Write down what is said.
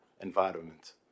environment